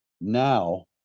now